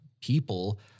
people –